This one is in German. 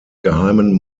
geheimen